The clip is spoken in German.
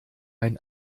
ein